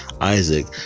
Isaac